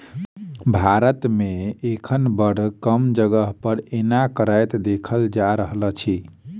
भारत मे एखन बड़ कम जगह पर एना करैत देखल जा रहल अछि